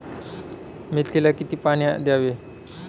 मेथीला किती पाणी द्यावे?